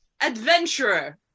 adventurer